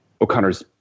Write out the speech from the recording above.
o'connor's